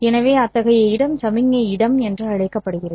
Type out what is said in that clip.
எனவே அத்தகைய இடம் சமிக்ஞை இடம் என்று அழைக்கப்படுகிறது